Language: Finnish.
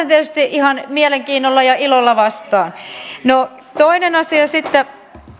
tietysti ihan mielenkiinnolla ja ilolla vastaan toinen asia sitten